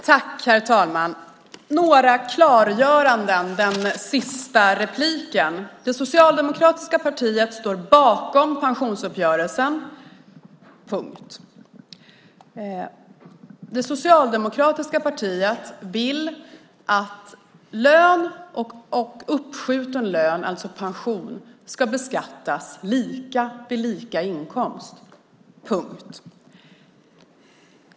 Herr talman! Jag ska göra några klargöranden i mitt sista inlägg. Det socialdemokratiska partiet står bakom pensionsuppgörelsen. Det socialdemokratiska partiet vill att lön och uppskjuten lön, alltså pension, ska beskattas lika vid lika inkomst.